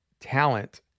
talent